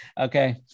okay